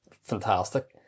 fantastic